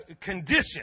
condition